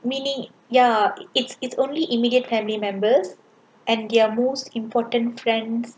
meaning ya it's it's only immediate family members and their most important friend